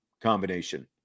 combination